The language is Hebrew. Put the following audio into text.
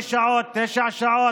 שמונה שעות, תשע שעות,